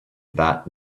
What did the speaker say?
that